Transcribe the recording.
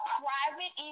private